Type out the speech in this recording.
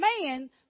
man